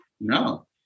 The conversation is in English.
no